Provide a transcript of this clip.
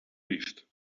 лист